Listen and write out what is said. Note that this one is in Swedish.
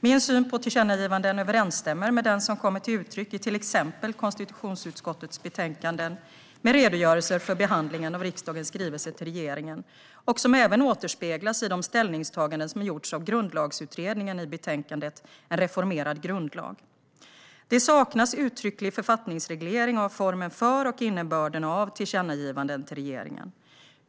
Min syn på tillkännagivanden överensstämmer med den som kommer till uttryck i till exempel konstitutionsutskottets betänkanden med redogörelser för behandlingen av riksdagens skrivelse till regeringen och som även återspeglas i de ställningstaganden som gjorts av Grundlagsutredningen i betänkandet En reformerad grundlag . Det saknas uttrycklig författningsreglering av formen för och innebörden av tillkännagivanden till regeringen.